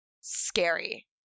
scary